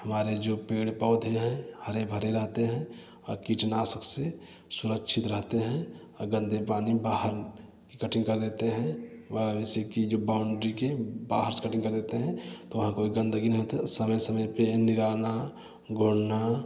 हमारे जो पेड़ पौधे हैं हरे भरे रहते हैं कीटनाशक से सुरक्षित रहते हैं गंदे पानी बाहर कटिंग कर देते हैं औ इसी की जो बाउंड्री के बाहर से कटिंग कर देते हैं तो वहाँ कोई गंदगी नहीं होती समय समय पे निराना गोड़ना